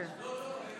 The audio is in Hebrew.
כספים וכלכלה.